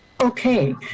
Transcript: Okay